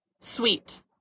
Sweet